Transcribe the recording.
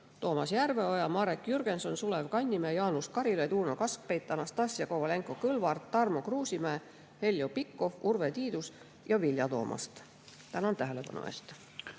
Toomas Järveoja, Marek Jürgenson, Sulev Kannimäe, Jaanus Karilaid, Uno Kaskpeit, Anastassia Kovalenko-Kõlvart, Tarmo Kruusimäe, Heljo Pikhof, Urve Tiidus ja Vilja Toomast. Tänan tähelepanu eest!